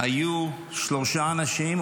שהיו שלושה אנשים,